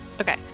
Okay